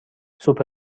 سوپ